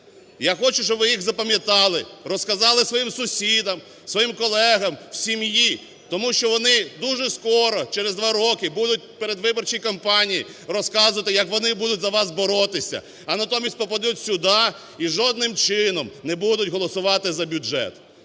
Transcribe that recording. Я хочу, щоб ви їх запам'ятали, розказали своїм сусідам, своїм колегам, в сім'ї, тому що вони дуже скоро, через два роки, будуть в передвиборчій кампанії розказувати, як вони будуть за вас боротися, а натомість попадуть сюди і жодним чином не будуть голосувати за бюджет.